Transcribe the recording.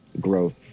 growth